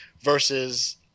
versus